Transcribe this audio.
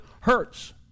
hurts